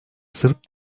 sırp